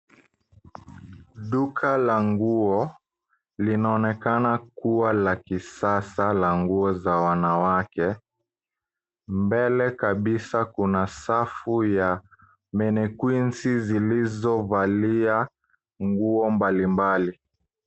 Duka la nguo linaonekana kua la kisasa la nguo za wanawake. Mbele kabisa kuna safu ya manekwinsi, zilizo valia nguo mbali mbali.